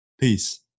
peace